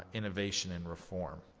ah innovation and reform.